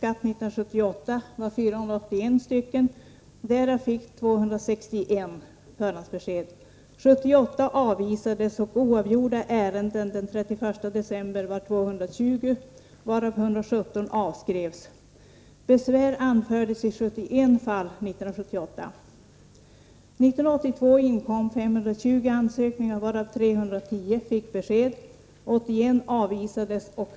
Avgiftens högre gräns höjdes 1964 till 1 000 kr. Skälet till höjningen då var att kunna ta ut högre avgifter för förhandsbesked som gällde många frågor och som rörde stora belopp.